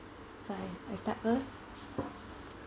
so I I start first